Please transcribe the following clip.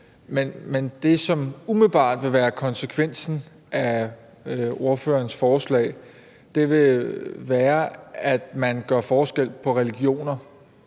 Men det, som umiddelbart vil være konsekvensen af ordførerens forslag, vil være, at man gør forskel på religioner